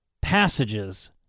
passages